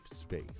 space